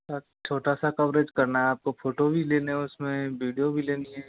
sir छोटा सा coverage करना है आपको फ़ोटो भी लेने हैं उसमें वीडियो भी लेनी है